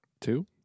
Two